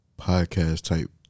podcast-type